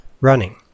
running